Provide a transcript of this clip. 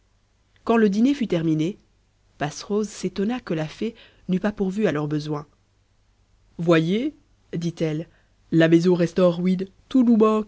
quand le dîner fut terminé passerose s'étonna que la fée n'eût pas pourvu à leurs besoins voyez dit-elle la maison reste en ruines tout nous